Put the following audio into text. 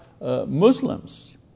Muslims